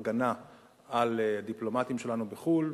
הגנה על דיפלומטים שלנו בחו"ל,